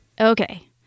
Okay